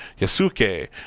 Yasuke